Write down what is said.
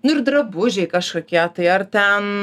nu ir drabužiai kažkokie tai ar ten